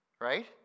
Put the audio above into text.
right